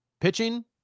pitching